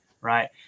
right